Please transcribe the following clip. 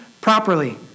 properly